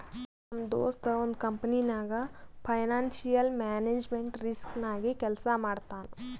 ನಮ್ ದೋಸ್ತ ಒಂದ್ ಕಂಪನಿನಾಗ್ ಫೈನಾನ್ಸಿಯಲ್ ಮ್ಯಾನೇಜ್ಮೆಂಟ್ ರಿಸ್ಕ್ ನಾಗೆ ಕೆಲ್ಸಾ ಮಾಡ್ತಾನ್